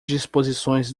disposições